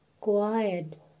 quiet